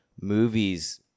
movies